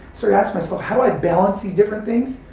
sort of asking myself how do i balance these different things,